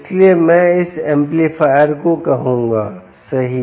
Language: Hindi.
इसलिए मैं इस एम्पलीफायर को कहूंगा सही